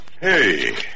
hey